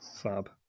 Fab